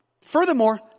Furthermore